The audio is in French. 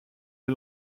est